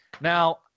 Now